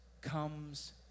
comes